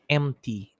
empty